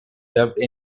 dubbed